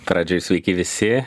pradžioj sveiki visi